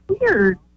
weird